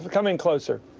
come in closer.